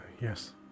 Yes